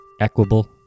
equable